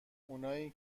اونای